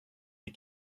des